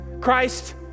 Christ